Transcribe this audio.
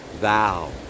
thou